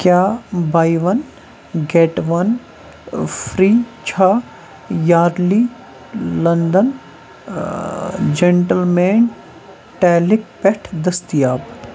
کیٛاہ buy one get one free چھا Yardley London gentleman talc پٮ۪ٹھ دٔستیاب